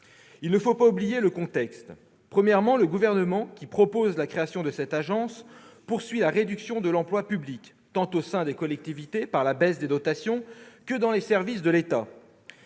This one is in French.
Il ne faut pas oublier le contexte. Premièrement, le Gouvernement, qui propose la création de cette agence, poursuit la politique de réduction de l'emploi public, tant au sein des collectivités, par la baisse des dotations, que dans les services de l'État.